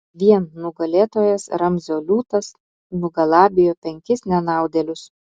vien nugalėtojas ramzio liūtas nugalabijo penkis nenaudėlius